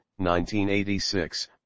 1986